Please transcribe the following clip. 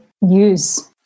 use